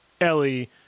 Ellie